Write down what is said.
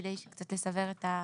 כדי קצת לסבר את האוזן.